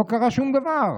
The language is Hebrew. לא קרה שום דבר,